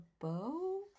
Bow